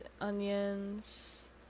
onions